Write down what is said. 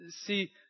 See